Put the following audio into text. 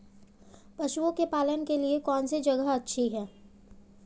पशुओं के पालन के लिए कौनसी जगह अच्छी है?